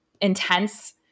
intense